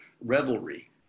revelry